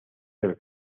del